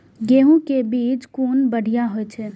गैहू कै बीज कुन बढ़िया होय छै?